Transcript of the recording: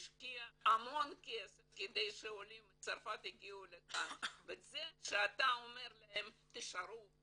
השקיע המון כסף כדי שעולים מצרפת יגיעו לכאן וזה שאתה אומר להם "תישארו,